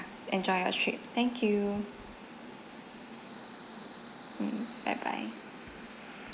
enjoy your trip thank you mm bye bye